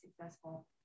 successful